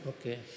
Okay